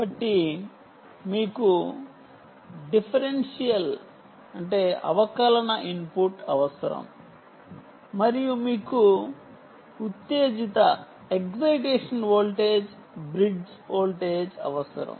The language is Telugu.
కాబట్టి మీకు అవకలన ఇన్పుట్ అవసరం మరియు మీకు ఉత్తేజిత వోల్టేజ్ bridge వోల్టేజ్ అవసరం